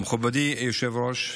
מכובדי היושב-ראש,